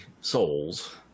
souls